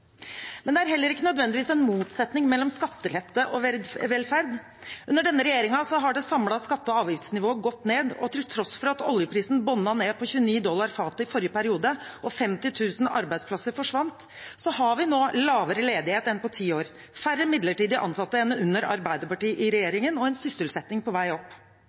Men det er heller ikke nødvendigvis en motsetning mellom skattelette og velferd. Under denne regjeringen har det samlede skatte- og avgiftsnivået gått ned, og til tross for at oljeprisen bunnet på 29 dollar fatet i forrige periode og 50 000 arbeidsplasser forsvant, har vi nå lavere ledighet enn på ti år, færre midlertidig ansatte enn under Arbeiderpartiet i regjering, og en sysselsetting på vei opp.